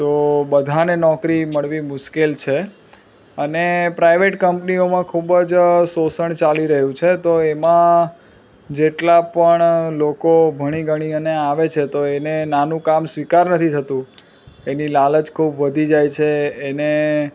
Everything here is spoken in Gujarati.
તો બધાને નોકરી મળવી મુશ્કેલ છે અને પ્રાઇવેટ કંપનીઓમાં ખૂબજ શોષણ ચાલી રહ્યું છે તો એમાં જેટલા પણ લોકો ભણી ગણી અને આવે છે તો એને નાનું કામ સ્વીકાર નથી થતું એની લાલચ ખૂબ વધી જાય છે એને